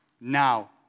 now